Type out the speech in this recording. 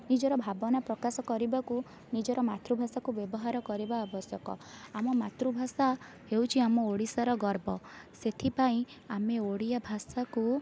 ନିଜର ଭାବନା ପ୍ରକାଶ କରିବାକୁ ନିଜର ମାତୃଭାଷାକୁ ବ୍ୟବହାର କରିବା ଆବଶ୍ୟକ ଆମ ମାତୃଭାଷା ହେଉଛି ଆମ ଓଡ଼ିଶାର ଗର୍ବ ସେଥିପାଇଁ ଆମେ ଓଡ଼ିଆଭାଷାକୁ